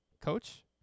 Coach